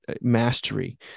mastery